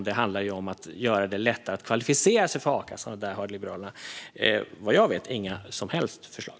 Det handlar ju om att göra det lättare att kvalificera sig för a-kassa, och där har Liberalerna, vad jag vet, inga som helst förslag.